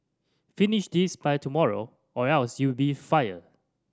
finish this by tomorrow or else you'll be fired